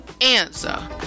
answer